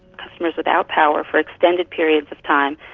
customers without power for extended periods of time.